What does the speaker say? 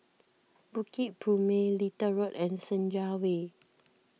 Bukit Purmei Little Road and Senja Way